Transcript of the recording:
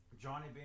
Johnny